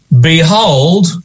Behold